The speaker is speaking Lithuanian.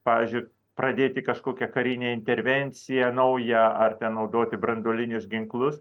pavyzdžiui pradėti kažkokią karinę intervenciją naują ar ten naudoti branduolinius ginklus